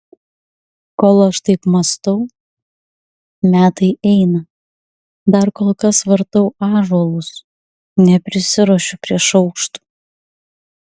kol aš taip mąstau metai eina dar kol kas vartau ąžuolus neprisiruošiu prie šaukštų